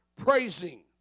praising